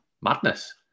madness